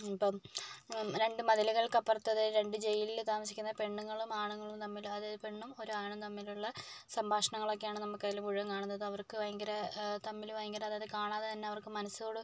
ഇപ്പം രണ്ട് മതിലുകൾക്കപ്പുറത്ത് അതായത് രണ്ട് ജയിലിൽ താമസിക്കുന്ന പെണ്ണുങ്ങളും ആണുങ്ങളും തമ്മിലുള്ള അതായത് പെണ്ണും ഒരാണും തമ്മിലുള്ള സംഭാഷണങ്ങളൊക്കെയാണ് നമുക്ക് അതിൽ മുഴുവൻ കാണുന്നത് അവർക്ക് ഭയങ്കര തമ്മിൽ ഭയങ്കര അതായത് കാണാതെ തന്നെ അവർക്ക് മനസ്സോട്